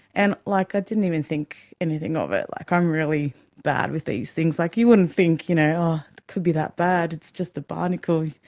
and like i didn't even think anything of it, like i'm really bad with these things. like, you wouldn't think it you know could be that bad, it's just a barnacle, yeah